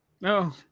no